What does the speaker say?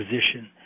position